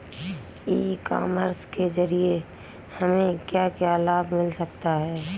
ई commerce के ज़रिए हमें क्या क्या लाभ मिल सकता है?